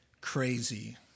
crazy